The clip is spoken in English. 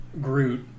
Groot